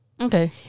Okay